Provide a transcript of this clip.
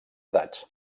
edats